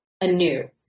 anew